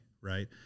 right